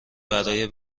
برای